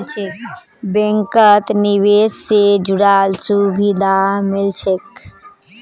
बैंकत निवेश से जुराल सुभिधा मिल छेक